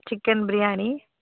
chicken biryani